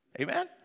Amen